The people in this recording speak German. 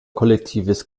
kollektives